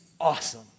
awesome